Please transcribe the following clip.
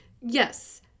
Yes